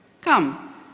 Come